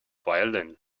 violin